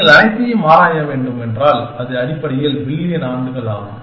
நீங்கள் அனைத்தையும் ஆராய வேண்டும் என்றால் அது அடிப்படையில் பில்லியன் ஆண்டுகள் ஆகும்